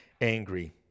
angry